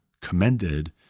commended